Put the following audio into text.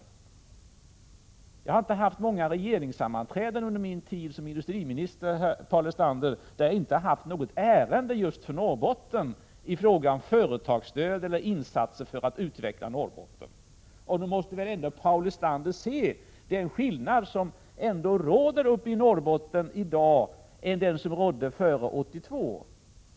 Paul Lestander, jag har inte haft många regeringssammanträden under min tid som industriminister där vi inte har haft något ärende just om Norrbotten, i fråga om företagsstöd eller insatser för att utveckla Norrbotten. Nog måste väl Paul Lestander ändå se skillnaden mellan den situation som råder uppe i Norrbotten i dag och den som rådde före 1982?